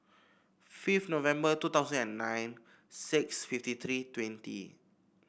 fifth November two thousand and nine six fifty three twenty